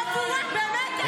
--- חבר הכנסת אלמוג כהן.